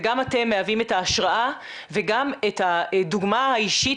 וגם אתם מהווים את ההשראה וגם את הדוגמה האישית